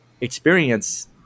experience